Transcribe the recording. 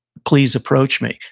please approach me.